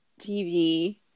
tv